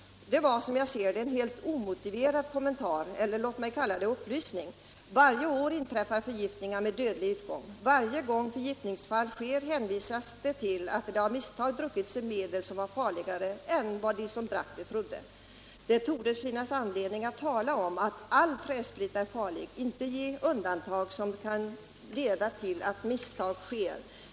Detta var, som jag ser det, en helt omotiverad kommentar — eller låt mig kalla det upplysning. Varje år inträffar förgiftningar med dödlig utgång. Varje gång förgiftningsfall sker hänvisas det till att man av misstag druckit ett medel som var farligare än man trodde. Det borde finnas anledning att tala om att all träsprit är farlig — inte informera om undantag som kan leda till att misstag sker.